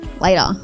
Later